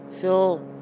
feel